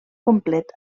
complet